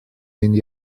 mynd